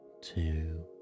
two